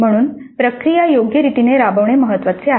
म्हणून प्रक्रिया योग्य रीतीने राबविणे महत्वाचे आहे